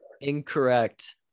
incorrect